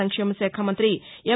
సంక్షేమశాఖ మంతి ఎం